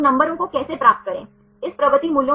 तो कैसे बनते हैं टर्न्स